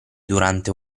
durante